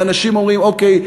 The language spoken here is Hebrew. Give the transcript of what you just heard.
ואנשים אומרים: אוקיי,